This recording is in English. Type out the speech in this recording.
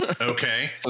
Okay